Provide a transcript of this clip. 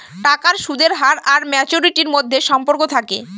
টাকার সুদের হার আর ম্যাচুরিটির মধ্যে সম্পর্ক থাকে